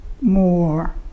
more